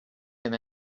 him